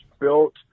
built